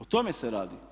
O tome se radi.